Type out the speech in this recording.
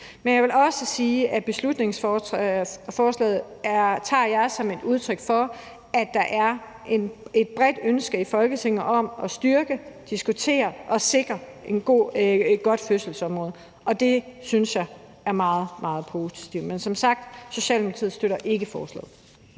Men jeg vil også sige, at jeg tager beslutningsforslaget som et udtryk for, at der er et bredt ønske i Folketinget om at styrke og diskutere fødselsområdet og at sikre et godt fødselsområde. Det synes jeg er meget, meget positivt. Men som sagt støtter Socialdemokratiet ikke forslaget.